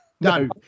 No